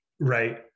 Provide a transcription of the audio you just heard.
right